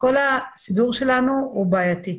כל הסידור שלנו הוא בעייתי.